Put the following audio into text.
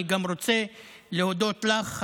אני גם רוצה להודות לך,